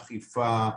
אכיפה,